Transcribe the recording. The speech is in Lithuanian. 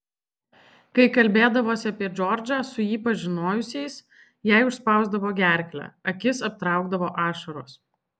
kai kalbėdavosi apie džordžą su jį pažinojusiais jai užspausdavo gerklę akis aptraukdavo ašaros